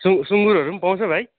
सुङ् सुँगुरहरू पनि पाउँछ भाइ